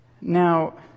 now